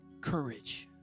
courage